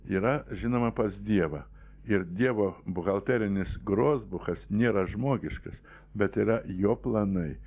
yra žinoma pas dievą ir dievo buhalterinis grosbuchas nėra žmogiškas bet yra jo planai